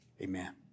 Amen